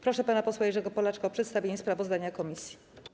Proszę pana posła Jerzego Polaczka o przedstawienie sprawozdania komisji.